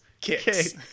kicks